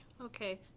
Okay